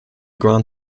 grand